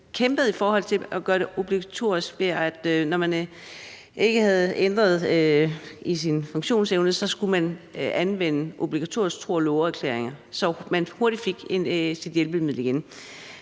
kæmpet i forhold til at gøre det obligatorisk, så man, når man ikke havde ændringer i sin funktionsevne, skulle anvende obligatoriske tro- og loveerklæringer, så man hurtigt fik sit hjælpemiddel igen.